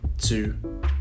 two